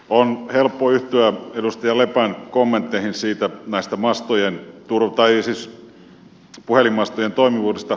on helppo yhtyä edustaja lepän kommentteihin puhelinmastojen toimivuudesta